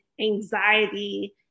anxiety